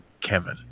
Kevin